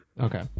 Okay